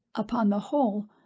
upon the whole,